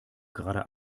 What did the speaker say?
gerade